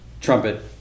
trumpet